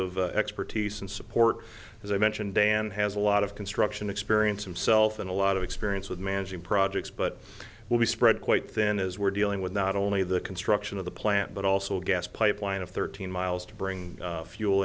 of expertise and support as i mentioned dan has a lot of construction experience himself and a lot of experience with managing projects but will be spread quite thin as we're dealing with not only the construction of the plant but also gas pipeline of thirteen miles to bring fuel